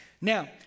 Now